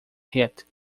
hit